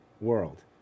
world